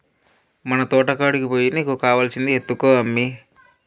మన తోటకాడికి పోయి నీకు కావాల్సింది ఎత్తుకో అమ్మీ